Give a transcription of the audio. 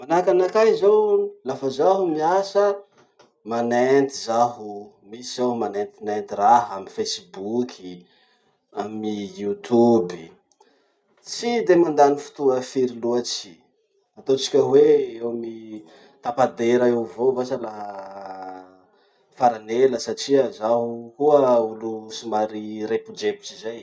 Manahaky anakahy zao lafa zaho miasa manenty zaho, misy aho manentinenty raha amy facebook, amy youtube. Tsy de mandany fotoa firy loatsy, ataotsika hoe eo amy tapa-dera eo avao vasa laha farany ela satria zaho koa olo somary repodrepotry zay.